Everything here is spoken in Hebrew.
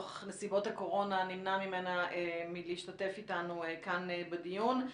שלמרבה הצער לנוכח נסיבות הקורונה נמנע ממנה מלהשתתף איתנו כאן בדיון.